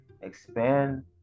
expand